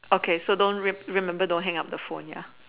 okay so don't re~ remember don't hang up the phone ya